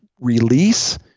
release